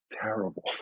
terrible